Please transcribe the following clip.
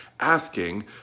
asking